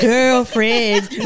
Girlfriends